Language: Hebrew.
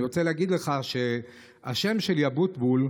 אני רוצה להגיד לך שהשם שלי, אבוטבול,